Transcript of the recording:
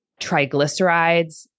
triglycerides